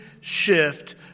shift